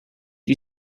you